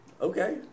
Okay